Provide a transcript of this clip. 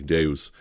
Deus